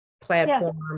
platform